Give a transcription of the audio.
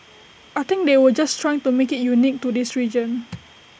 I think they were just trying to make IT unique to this region